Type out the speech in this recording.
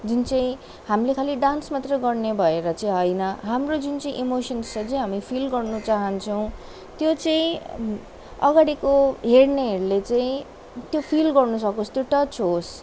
जुन चाहिँ हामीले खालि डान्स मात्रै गर्ने भएर चाहिँ होइन हाम्रो जुन चाहिँ इमोसन्सलाई चाहिँ हामी फिल गर्नु चाहन्छौँ त्यो चाहिँ अगाडिको हेर्नेहरूले चाहिँ त्यो फिल गर्नु सकोस् त्यो टच होस्